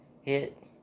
hit